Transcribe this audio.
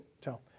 tell